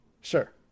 Sure